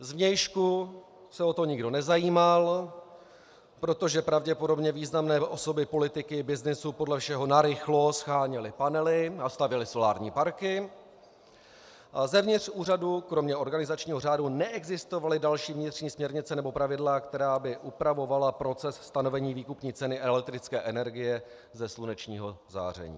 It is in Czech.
Zvnějšku se o to nikdo nezajímal, protože pravděpodobně významné osoby politiky, byznysu podle všeho narychlo sháněly panely a stavěly solární parky, a zevnitř úřadu kromě organizačního řádu neexistovaly další vnitřní směrnice nebo pravidla, která by upravovala proces stanovení výkupní ceny elektrické energie ze slunečního záření.